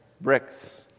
Bricks